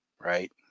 right